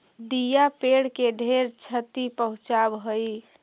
दियाँ पेड़ के ढेर छति पहुंचाब हई